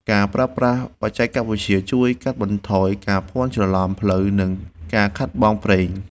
ការប្រើប្រាស់បច្ចេកវិទ្យា ជួយកាត់បន្ថយការភ័ន្តច្រឡំផ្លូវ និងការខាតបង់ប្រេង។